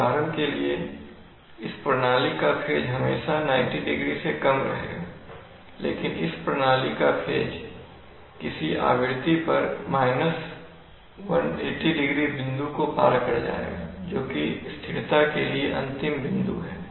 उदाहरण के लिए इस प्रणाली का फेज हमेशा 90º से कम रहेगा लेकिन इस प्रणाली का फेज किसी आवृत्ति पर 180º बिंदु को पार कर जाएगा जोकि स्थिरता के लिए अंतिम बिंदु है